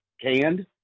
canned